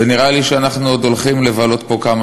ונראה לי שאנחנו עוד הולכים לבלות פה כמה